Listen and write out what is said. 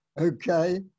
okay